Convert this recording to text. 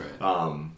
Right